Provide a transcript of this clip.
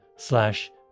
slash